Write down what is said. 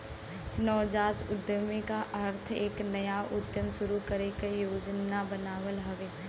नवजात उद्यमी क अर्थ एक नया उद्यम शुरू करे क योजना बनावल हउवे